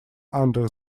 under